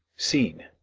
scene